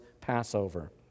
Passover